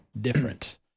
different